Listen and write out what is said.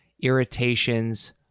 irritations